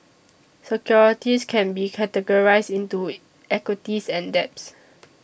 securities can be categorized into equities and debts